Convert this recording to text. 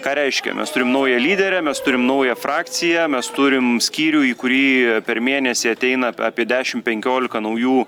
ką reiškia mes turim naują lyderę mes turim naują frakciją mes turim skyrių į kurį per mėnesį ateina apie dešim penkiolika naujų